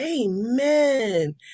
Amen